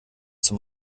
zum